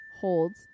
holds